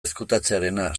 ezkutatzearena